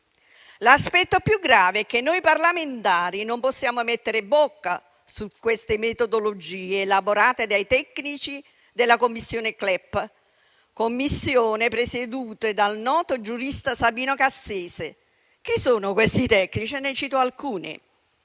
L'aspetto più grave è che noi parlamentari non possiamo mettere bocca su queste metodologie elaborate dai tecnici del CLEP, presieduto dal noto giurista Sabino Cassese. Chi sono questi tecnici? Ne cito alcuni: